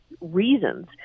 reasons